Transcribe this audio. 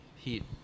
Heat